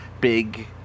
big